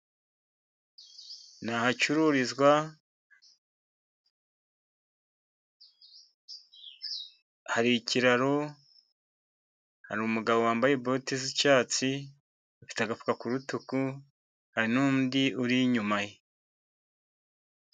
Nahacururizwa hari ikiraro, hari umugabo wambaye bote z'icyatsi, afite agafuka ku rutugu hari n'undi uri inyuma ye.